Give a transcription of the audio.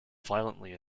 violently